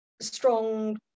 strong